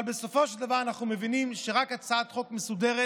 אבל בסופו של דבר אנחנו מבינים שרק הצעת חוק מסודרת